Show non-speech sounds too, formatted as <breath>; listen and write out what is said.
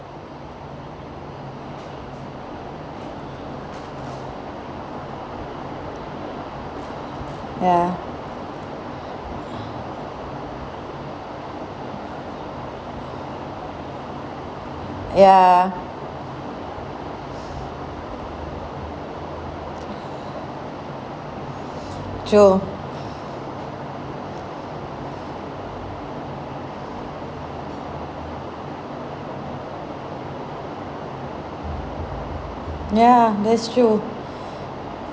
ya ya <breath> true ya that's true